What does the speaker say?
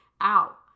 out